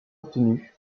obtenu